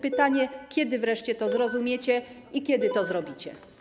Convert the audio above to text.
Pytanie, kiedy wreszcie to zrozumiecie i kiedy to zrobicie.